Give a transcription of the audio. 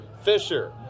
Fisher